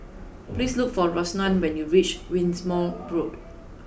please look for Rosanna when you reach Wimborne Road